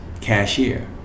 cashier